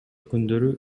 күндөрү